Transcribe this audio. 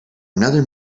another